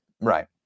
Right